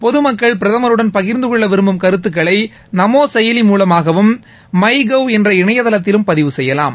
பொது மக்கள் பிரதமருடன் பகிர்ந்துகொள்ள விரும்பும் கருத்துக்களை நமோ செயலி மூலமாகவும் மைகவ் என்ற இணையதளத்திலும் பதிவு செய்யலாம்